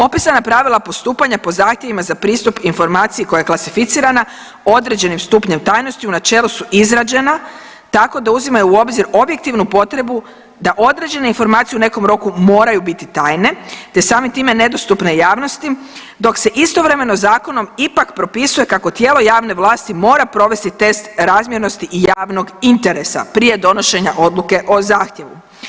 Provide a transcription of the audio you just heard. Opisana pravila postupanja po zahtjevima za pristup informaciji koja je klasificirana određenim stupnjem tajnosti u načelu su izrađena tako da uzimaju u obzir objektivnu potrebu da određene informacije u nekom roku moraju biti tajne, te samim time nedostupne javnosti dok se istovremeno zakonom ipak propisuje kako tijelo javno vlasti mora provesti test razmjernosti i javnog interesa prije donošenja odluke o zahtjevu.